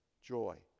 joy